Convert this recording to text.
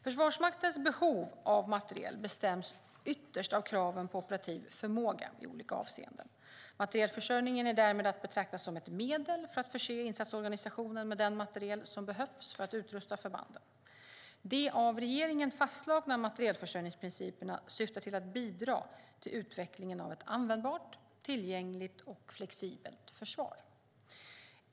Försvarsmaktens behov av materiel bestäms ytterst av kraven på operativ förmåga i olika avseenden. Materielförsörjningen är därmed att betrakta som ett medel för att förse insatsorganisationen med den materiel som behövs för att utrusta förbanden. De av regeringen fastslagna materielförsörjningsprinciperna syftar till att bidra till utvecklingen av ett användbart, tillgängligt och flexibelt försvar.